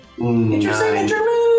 Interesting